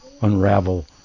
unravel